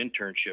internship